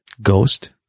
Ghost